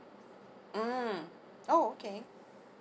mm oh okay